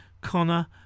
Connor